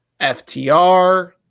FTR